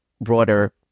broader